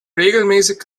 regelmäßig